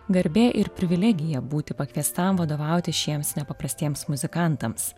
garbė ir privilegija būti pakviestam vadovauti šiems nepaprastiems muzikantams